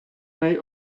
неї